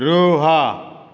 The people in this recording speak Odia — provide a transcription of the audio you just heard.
ରୁହ